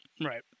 Right